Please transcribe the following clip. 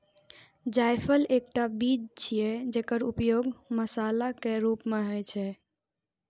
जायफल एकटा बीज छियै, जेकर उपयोग मसालाक रूप मे होइ छै